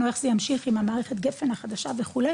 איך זה ימשיך עם המערכת גפן החדשה וכו',